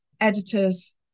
editors